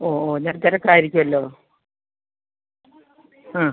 ഓ ഓ എല്ലാവരും തിരക്കായിരിക്കുവല്ലോ ആ